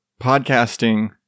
podcasting